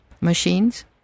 machines